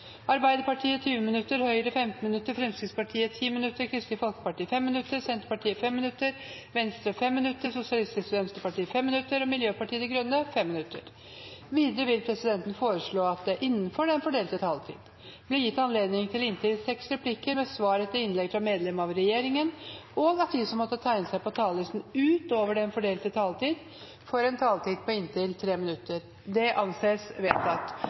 Arbeiderpartiet 20 minutter, Høyre 15 minutter, Fremskrittspartiet 10 minutter, Kristelig Folkeparti 5 minutter, Senterpartiet 5 minutter, Venstre 5 minutter, Sosialistisk Venstreparti 5 minutter og Miljøpartiet De Grønne 5 minutter. Videre vil presidenten foreslå at det blir gitt anledning til replikkordskifte på inntil seks replikker med svar etter innlegg fra medlem av regjeringen innenfor den fordelte taletid. Videre blir det foreslått at de som måtte tegne seg på talerlisten utover den fordelte taletid, får en taletid på inntil 3 minutter. – Det anses vedtatt.